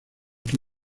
que